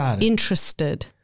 interested